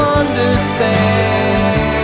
understand